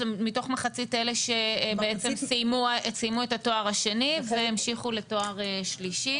זה מתוך מחצית אלה שבעצם סיימו את התואר השני והמשיכו לתואר שלישי.